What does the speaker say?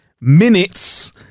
minutes